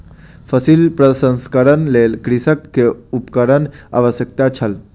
फसिल प्रसंस्करणक लेल कृषक के उपकरणक आवश्यकता छल